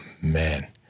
man